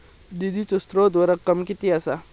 निधीचो स्त्रोत व रक्कम कीती असा?